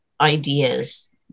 ideas